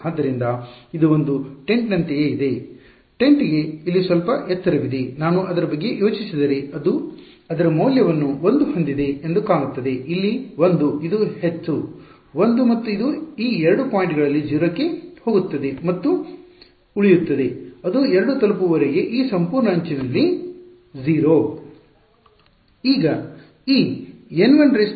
ಆದ್ದರಿಂದ ಇದು ಒಂದು ಟೆಂಟ್ನಂತೆಯೇ ಇದೆ ಟೆಂಟ್ ಗೆ ಇಲ್ಲಿ ಸ್ವಲ್ಪ ಎತ್ತರವಿದೆ ನಾನು ಅದರ ಬಗ್ಗೆ ಯೋಚಿಸಿದರೆ ಅದು ಅದರ ಮೌಲ್ಯವನ್ನು 1 ಹೊಂದಿದೆ ಎಂದು ಕಾಣುತ್ತದೆ ಇಲ್ಲಿ 1 ಇದು ಹೆಚ್ಚು 1 ಮತ್ತು ಇದು ಈ 2 ಪಾಯಿಂಟ್ಗಳಲ್ಲಿ 0 ಕ್ಕೆ ಹೋಗುತ್ತದೆ ಮತ್ತು ಅದು ಉಳಿಯುತ್ತದೆ ಅದು 2 ತಲುಪುವವರೆಗೆ ಈ ಸಂಪೂರ್ಣ ಅಂಚಿನಲ್ಲಿ 0